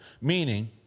Meaning